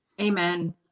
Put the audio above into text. Amen